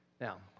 Now